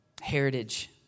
heritage